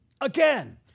again